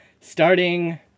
starting